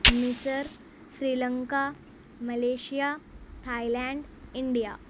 مصر Sri Lanka Malaysia Thailand India